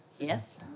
Yes